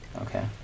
Okay